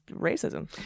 racism